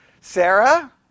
Sarah